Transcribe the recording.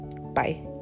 Bye